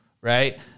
right